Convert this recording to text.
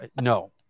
no